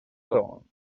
dawn